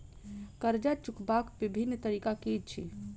कर्जा चुकबाक बिभिन्न तरीका की अछि?